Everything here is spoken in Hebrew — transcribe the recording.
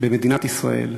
במדינת ישראל,